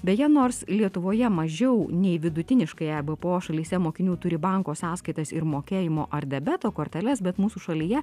beje nors lietuvoje mažiau nei vidutiniškai ebpo šalyse mokinių turi banko sąskaitas ir mokėjimo ar debeto korteles bet mūsų šalyje